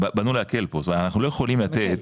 באני להקל פה, זאת אומרת אנחנו לא יכולים לתת,